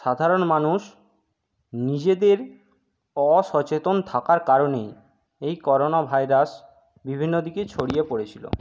সাধারণ মানুষ নিজেদের অসচেতন থাকার কারণেই এই করোনা ভাইরাস বিভিন্ন দিকে ছড়িয়ে পড়েছিলো